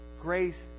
grace